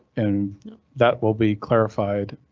and that will be clarified.